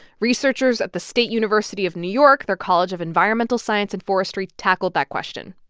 researchers at the state university of new york, their college of environmental science and forestry, tackled that question.